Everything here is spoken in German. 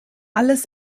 alles